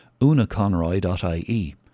unaconroy.ie